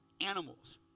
animals